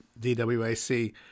DWAC